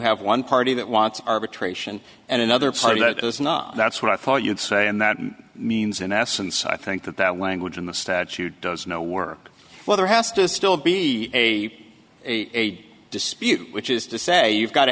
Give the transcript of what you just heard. have one party that wants arbitration and another party that is not that's what i thought you'd say and that means in essence i think that that language in the statute does no work well there has to still be a a dispute which is to say you've got to